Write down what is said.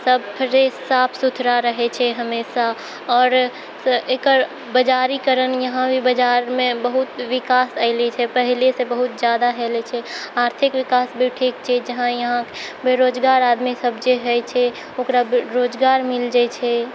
गेलऽ सब फ्रेश साफ सुथरा रहै छै हमेशा आओर एकर बाजारीकरण यहाँभी बाजारमे बहुत विकास अएलऽ छै पहिलेसँ बहुत ज्यादा होलऽ छै आर्थिक विकास भी ठीक छै जहाँ यहाँ बेरोजगार आदमीसब जे होइ छै ओकरा रोजगार मिल जाइ छै